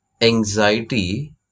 Anxiety